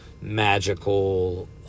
magical